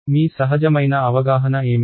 మీ సహజమైన అవగాహన ఏమిటి